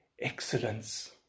excellence